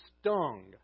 stung